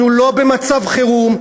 אנחנו לא במצב חירום,